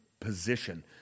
position